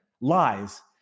lies